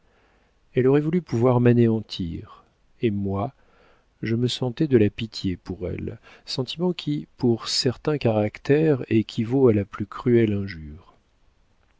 elle aurait voulu pouvoir m'anéantir et moi je me sentais de la pitié pour elle sentiment qui pour certains caractères équivaut à la plus cruelle injure